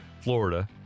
Florida